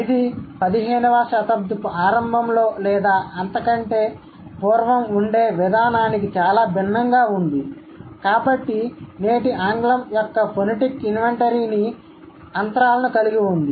ఇది పదిహేనవ శతాబ్దపు ఆరంభంలో లేదా అంతకంటే పూర్వం ఉండే విధానానికి చాలా భిన్నంగా ఉంది కాబట్టి నేటి ఆంగ్లం యొక్క ఫొనెటిక్ ఇన్వెంటరీని అంతరాలను కలిగి ఉంది